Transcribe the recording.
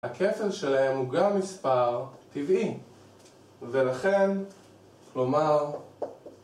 הכפל שלהם הוא גם מספר טבעי. ולכן, כלומר...